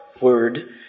word